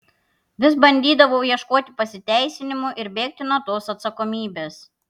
vis bandydavau ieškoti pasiteisinimų ir bėgti nuo tos atsakomybės